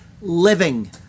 living